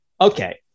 Okay